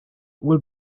will